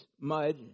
mud